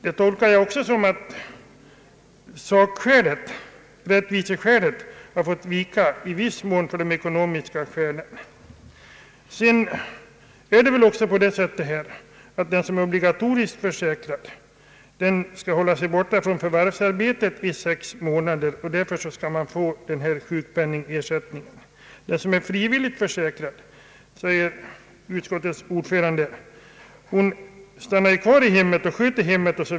Det tolkar jag som att sakskälet, rättviseskälet, i viss mån fått vika för de ekonomiska skälen. Det är väl på det sättet att den som är obligatoriskt försäkrad skall hålla sig borta från förvärvsarbete i sex månader, och därför skall man få denna sjukpenningersättning. Den som är frivilligt försäkrad, säger utskottets ordförande, stannar kvar i hemmet och skö ter hemmet.